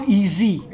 easy